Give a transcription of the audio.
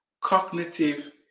cognitive